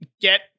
get